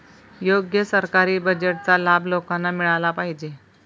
योग्य सरकारी बजेटचा लाभ लोकांना मिळाला पाहिजे